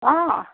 অঁ